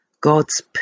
God's